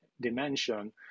dimension